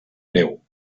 greu